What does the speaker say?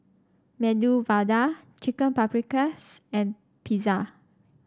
Medu Vada Chicken Paprikas and Pizza